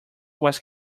was